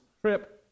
trip